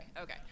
okay